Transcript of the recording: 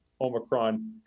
omicron